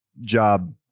job